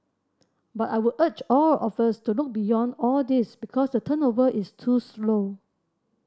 but I would urge all of us to look beyond all these because the turnover is too slow